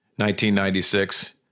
1996